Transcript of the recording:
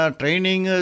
training